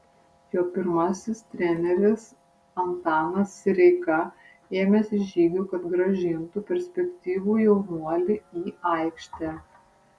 jo pirmasis treneris antanas sireika ėmėsi žygių kad grąžintų perspektyvų jaunuolį į aikštę